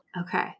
Okay